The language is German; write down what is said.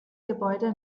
gebäude